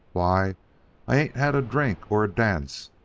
why i ain't had a drink, or a dance,